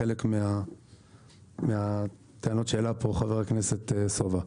לחלק מהטענות שהעלה פה חבר הכנסת סובה.